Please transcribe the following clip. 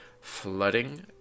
Flooding